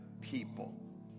people